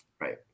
Right